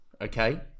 okay